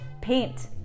paint